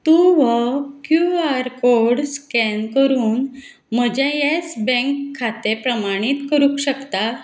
तूं हो Q R code scan करून म्हजें येस बँक खातें प्रमाणीत करूंक शकता